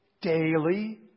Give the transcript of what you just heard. Daily